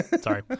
Sorry